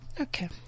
Okay